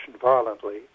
violently